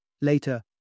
later